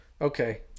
okay